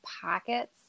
pockets